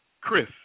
Chris